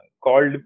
called